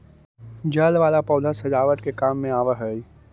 जल वाला पौधा सजावट के काम भी आवऽ हई